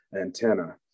antenna